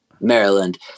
Maryland